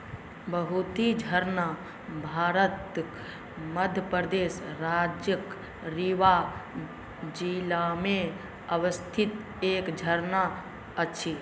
बहुति झरना भारतक मध्यप्रदेश राज्यक रीवा जिलामे अवस्थित एक झरना अछि